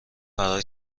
فرار